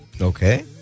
Okay